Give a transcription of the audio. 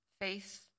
faith